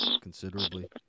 considerably